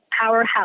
powerhouse